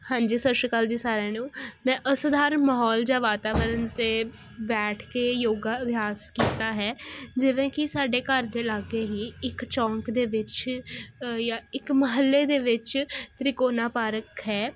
ਹਾਂਜੀ ਸਤਿ ਸ਼੍ਰੀ ਅਕਾਲ ਜੀ ਸਾਰਿਆਂ ਨੂੰ ਮੈਂ ਅਸਾਧਾਰਨ ਮਹੌਲ ਜਾਂ ਵਾਤਾਵਰਨ ਤੇ ਬੈਠ ਕੇ ਯੋਗਾ ਅਭਿਆਸ ਕੀਤਾ ਹੈ ਜਿਵੇਂ ਕੀ ਸਾਡੇ ਘਰ ਦੇ ਲਾਗੇ ਹੀ ਇੱਕ ਚੌਂਕ ਦੇ ਵਿੱਚ ਜਾਂ ਇੱਕ ਮਹੱਲੇ ਦੇ ਵਿੱਚ ਤ੍ਰਿਕੋਨਾ ਪਾਰਕ ਹੈ